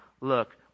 Look